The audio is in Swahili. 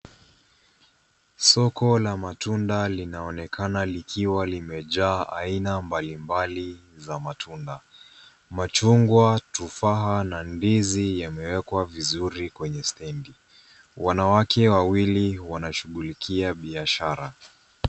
Soko la matunda linaonekana likiwa limejaa aina mbalimbali za matunda. Machungwa, tufaha na ndizi yamewekwa vizuri kwenye stendi. Wanawake wawili wanashughulikia biashara.